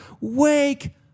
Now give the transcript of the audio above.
Wake